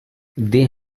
they